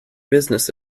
business